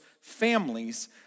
families